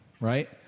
right